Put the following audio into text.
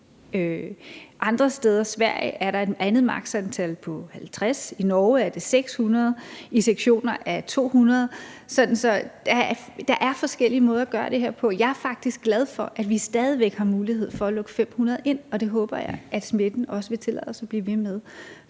Andre steder, Sverige, er der et maks. antal på 50. I Norge er det 600 i sektioner a 200. Så der er forskellige måder at gøre det her på. Jeg er faktisk glad for, at vi stadig væk har mulighed for at lukke 500 ind, og det håber jeg at smitten også vil tillade os at blive ved